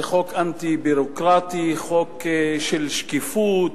זה חוק אנטי-ביורוקרטי, חוק של שקיפות,